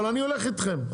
אבל אני הולך איתכם,